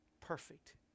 perfect